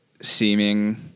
seeming